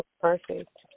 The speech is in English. perfect